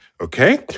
Okay